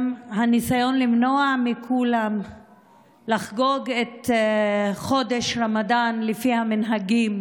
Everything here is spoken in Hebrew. גם הניסיון למנוע מכולם לחגוג את חודש רמדאן לפי המנהגים,